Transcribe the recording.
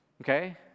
Okay